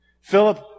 Philip